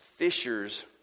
fishers